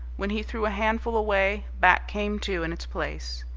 when he threw a handful away, back came two in its place.